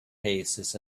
paces